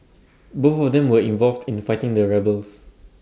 both of them were involved in fighting their rebels